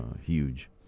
huge